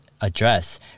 address